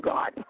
God